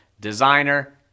designer